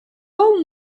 all